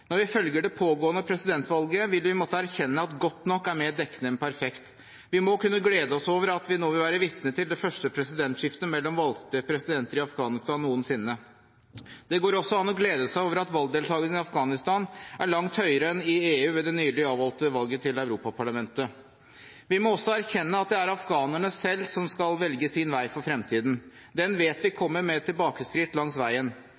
Når vi følger det pågående presidentvalget, vil vi måtte erkjenne at «godt nok» er mer dekkende enn «perfekt». Vi må kunne glede oss over at vi nå vil være vitne til det første presidentskiftet mellom valgte presidenter i Afghanistan noensinne. Det går også an å glede seg over at valgdeltakelsen i Afghanistan er langt høyere enn i EU ved det nylig avholdte valget til Europaparlamentet. Vi må også erkjenne at det er afghanerne selv som skal velge sin vei for fremtiden. Den vet vi kommer med tilbakeskritt langs veien.